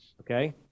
okay